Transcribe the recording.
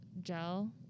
gel